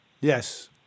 Yes